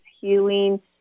healing